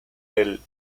del